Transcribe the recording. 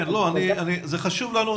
זה חשוב לנו,